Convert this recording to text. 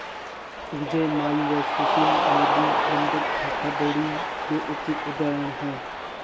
विजय माल्या सुशील मोदी बंधक धोखाधड़ी के उचित उदाहरण है